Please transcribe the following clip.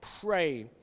Pray